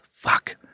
Fuck